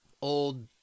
old